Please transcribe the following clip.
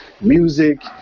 music